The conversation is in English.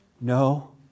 No